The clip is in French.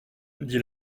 dit